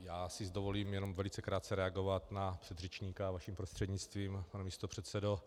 Já si dovolím jenom velice krátce reagovat na předřečníka, vaším prostřednictvím, pane místopředsedo.